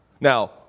Now